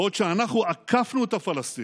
בעוד אנחנו עקפנו את הפלסטינים